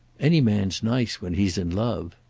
any man's nice when he's in love.